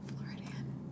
Floridian